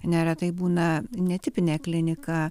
neretai būna netipinė klinika